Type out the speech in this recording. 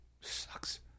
Sucks